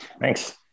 Thanks